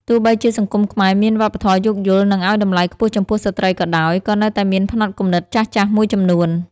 ទោះបីជាសង្គមខ្មែរមានវប្បធម៌យោគយល់ និងឲ្យតម្លៃខ្ពស់ចំពោះស្ត្រីក៏ដោយ ក៏នៅតែមានផ្នត់គំនិតចាស់ៗមួយចំនួន។